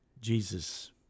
Jesus